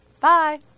Bye